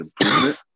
improvement